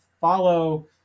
follow